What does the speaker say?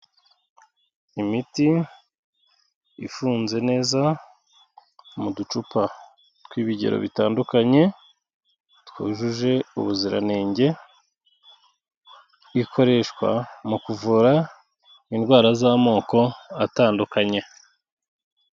Imiti ifunze neza mu ducupa tw'ibigero bitandukanye twujuje ubuziranenge, ikoreshwa mu kuvura indwara z'amoko atandukanye.